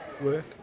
work